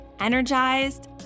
energized